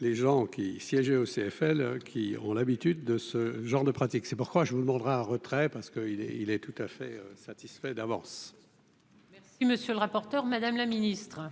Les gens qui siégeait au CFL qui ont l'habitude de ce genre de pratique, c'est pourquoi je vous demandera retrait parce qu'il est, il est tout à fait satisfait d'avance. Monsieur le rapporteur, Madame la Ministre.